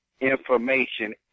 information